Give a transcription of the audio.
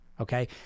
okay